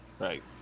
Right